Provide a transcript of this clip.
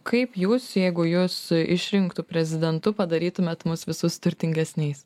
kaip jūs jeigu jus išrinktų prezidentu padarytumėt mus visus turtingesniais